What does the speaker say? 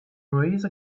raise